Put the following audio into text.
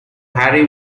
harry